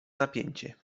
napięcie